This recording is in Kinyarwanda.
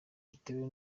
bitewe